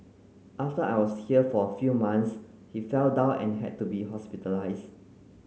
after I was here for a few months he fell down and had to be hospitalised